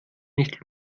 nicht